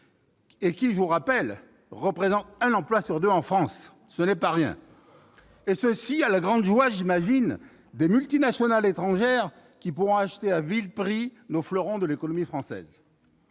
lesquelles, je vous le rappelle, représentent un emploi sur deux en France, ce qui n'est pas rien ! Tout cela, à la grande joie, j'imagine, des multinationales étrangères, qui pourront acheter à vil prix les fleurons de l'économie française.